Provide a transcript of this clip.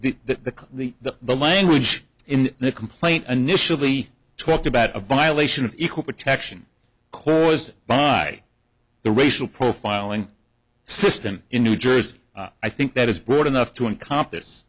prosecution that the that the language in the complaint initially talked about a violation of equal protection closed by the racial profiling system in new jersey i think that is broad enough to encompass